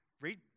Read